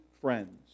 friends